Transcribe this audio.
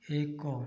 ଏକ